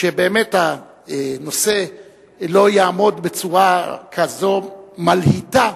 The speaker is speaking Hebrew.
כשבאמת הנושא לא יעמוד בצורה כזאת מלהיטה,